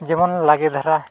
ᱡᱮᱢᱚᱱ ᱞᱚᱜᱚᱱ ᱫᱷᱟᱨᱟ